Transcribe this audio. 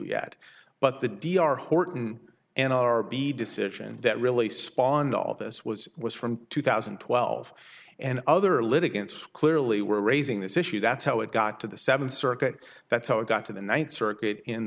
yet but the d r horton and rb decision that really spawned all this was was from two thousand and twelve and other litigants clearly were raising this issue that's how it got to the seventh circuit that's how it got to the ninth circuit in